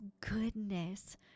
goodness